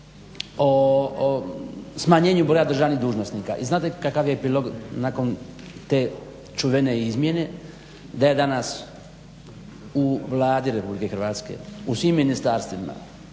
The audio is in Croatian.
o smanjenju broja državnih dužnosnika. I znate kakav je epilog nakon te čuvene izmjene da je danas u Vladi RH, u svim ministarstvima